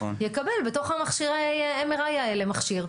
יקבל בתוך מכשירי ה-MRI האלה מכשיר.